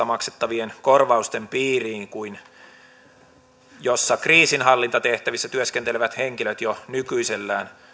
maksettavien korvausten piiriin kuin missä kriisinhallintatehtävissä työskentelevät henkilöt jo nykyisellään